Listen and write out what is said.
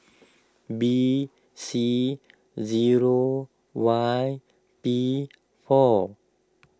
B C zero Y P four